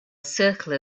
circle